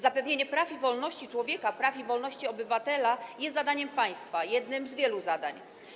Zapewnienie praw i wolności człowiekowi, praw i wolności obywatelowi jest zadaniem państwa, jednym z wielu zadań.